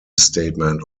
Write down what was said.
statement